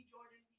Jordan